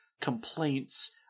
complaints